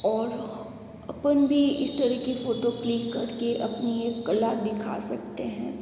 और अपन भी इस तरह की फ़ोटो क्लिक करके अपनी एक कला दिखा सकते हैं